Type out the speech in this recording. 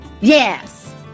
Yes